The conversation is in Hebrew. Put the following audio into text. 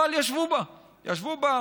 אבל ישבו בה, ישבו בה,